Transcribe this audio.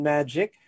Magic